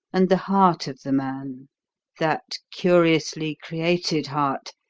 and the heart of the man that curiously created heart,